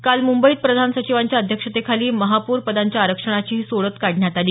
काल मुंबईत प्रधान सचिवांच्या अध्यक्षतेखाली महापौर पदांच्या आरक्षणाची ही सोडत काढण्यात आली